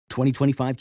2025